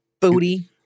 Booty